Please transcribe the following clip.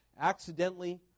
accidentally